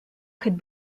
could